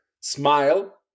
smile